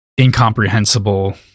incomprehensible